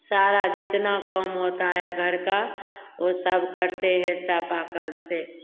सारा जितना काम होता है घर का वो सब करते है चापाकल से